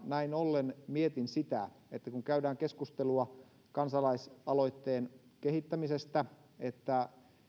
näin ollen mietin sitä että kun käydään keskustelua kansalaisaloitteen kehittämisestä